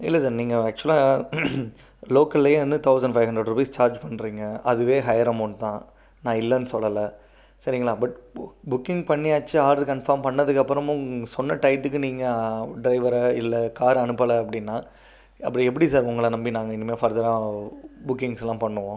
இல்லை சார் நீங்கள் ஆக்சுலாக லோக்கல்லையே வந்து thousand five hundred rupees charge பண்ணுறீங்க அதுவே ஹையர் அமௌண்ட் தான் நான் இல்லைன்னு சொல்லலை சரீங்களா பட் புக்கிங் பண்ணியாச்சு ஆர்டர் கன்ஃபர்ம் பண்ணதுக்கப்புறமும் சொன்ன டயத்துக்கு நீங்கள் டிரைவரை இல்லை காரை அனுப்பலை அப்படீன்னா அப்புறம் எப்படி சார் உங்களை நம்பி நாங்கள் இனிமேல் ஃபர்தராக புக்கிக்ஸெலாம் பண்ணுவோம்